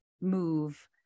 move